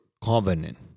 covenant